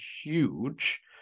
huge